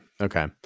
Okay